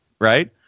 right